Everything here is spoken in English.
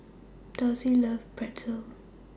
Dulcie loves Pretzel